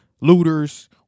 looters